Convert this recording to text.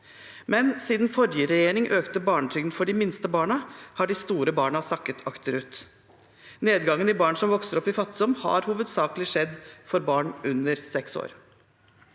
men siden forrige regjering økte barnetrygden for de minste barna, har de store barna sakket akterut. Nedgangen i barn som vokser opp i fattigdom, har hovedsakelig skjedd for barn under seks år.